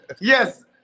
Yes